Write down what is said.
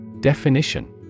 Definition